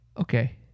Okay